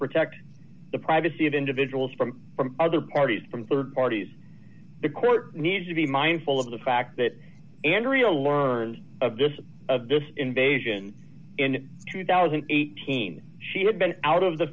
protect the privacy of individuals from other parties from rd parties the court needs to be mindful of the fact that andrea learned of this invasion in two thousand and eighteen she had been out of the